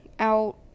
out